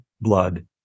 blood